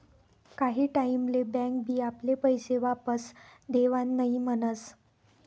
काही टाईम ले बँक बी आपले पैशे वापस देवान नई म्हनस